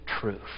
truth